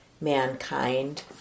mankind